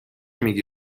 میگی